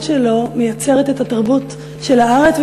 שלו מקרינה ומשפיעה על התרבות של הארץ.